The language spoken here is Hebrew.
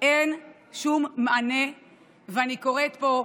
את הזכויות שלו הוא יודע,